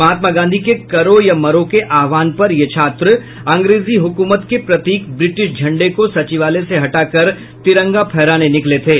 महात्मा गांधी के करो या मरो के आहवान पर ये छात्र अंग्रेजी हुकूमत के प्रतीक ब्रिटिश झंडे को सचिवालय से हटा कर तिरंगा फहराने निकले थे